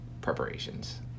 preparations